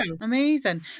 Amazing